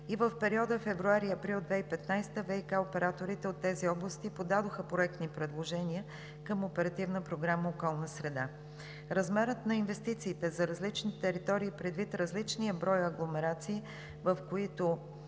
и в периода февруари – април 2019 г. ВиК операторите от тези области подадоха проектни предложения към Оперативна програма „Околна среда“. Размерът на инвестициите за различни територии, предвид различния брой агломерации, в които